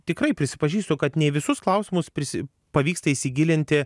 tikrai prisipažįstu kad ne į visus klausimus prisi pavyksta įsigilinti